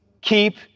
keep